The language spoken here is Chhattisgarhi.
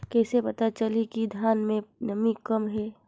कइसे पता चलही कि धान मे नमी कम हे?